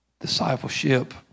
Discipleship